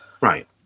Right